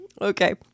Okay